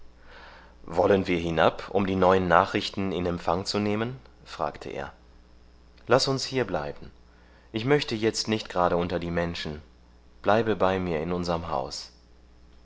wollen wir hinab um die neuen nachrichten in empfang zu nehmen fragte er laß uns hierbleiben ich möchte jetzt nicht gerade unter die menschen bleibe bei mir in unserm haus